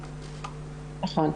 נכון.